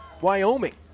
Wyoming